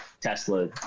Tesla